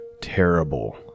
terrible